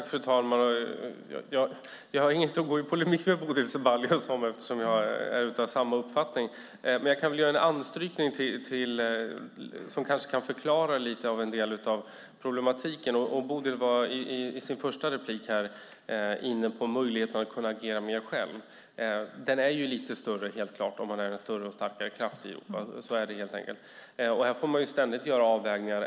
Fru talman! Jag ska inte gå i polemik med Bodil Ceballos eftersom jag är av samma uppfattning. Men jag kan göra en anknytning som kanske kan förklara lite av problematiken. Bodil var i sin första replik inne på möjligheten att kunna agera mer själv. Den är helt klart lite större om man är en större och starkare kraft i Europa. Så är det helt enkelt. Man får ständigt göra avvägningar.